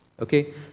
Okay